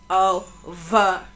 over